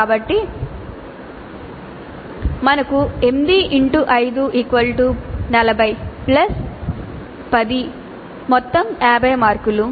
కాబట్టి మనకు 8x5 40 plus 10 50 మార్కులు